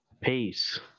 peace